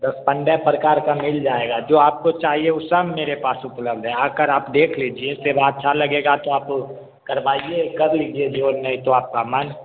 दस पंद्रह प्रकार का मिल जाएगा जो आपको चाहिए उ सब मेरे पास उपलब्ध है आ कर आप देख लीजिए सेवा अच्छा लगेगा तो आप करवाइए कर लीजिए जो नहीं तो आपका मन